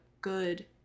good